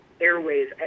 airways